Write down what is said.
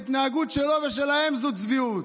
ההתנהגות שלו ושלהם זו צביעות.